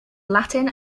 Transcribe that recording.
latin